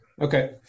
Okay